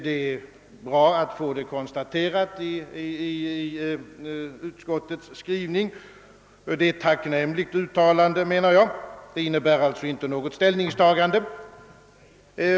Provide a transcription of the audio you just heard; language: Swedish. Det är bra att få detta konstaterat i utskottets skrivning, eftersom det är ett tacknämligt uttalande.